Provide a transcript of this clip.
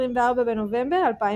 24 בנובמבר 2017